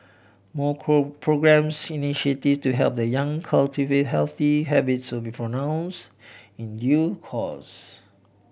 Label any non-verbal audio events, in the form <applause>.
more <unintelligible> programmes initiative to help the young cultivate healthy habits will be for announce in due course